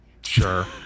sure